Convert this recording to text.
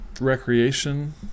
recreation